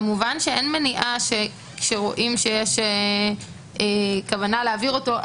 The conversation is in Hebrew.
כמובן שאין מניעה כשרואים שיש כוונה להעביר אותו,